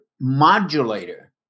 modulator